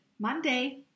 Monday